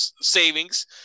savings